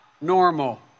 normal